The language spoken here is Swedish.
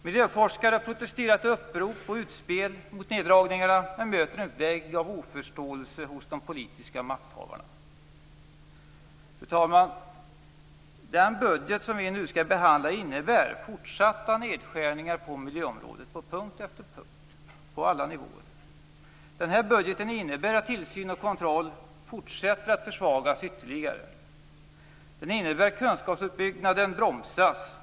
Miljöforskare har protesterat i upprop och gjort utspel mot neddragningarna, men möter en vägg av oförståelse hos de politiska makthavarna. Fru talman! Den budget som vi nu skall behandla innebär fortsatta nedskärningar på miljöområdet på punkt efter punkt på alla nivåer. Denna budget innebär att tillsyn och kontroll försvagas ytterligare. Den innebär att kunskapsuppbyggnaden bromsas.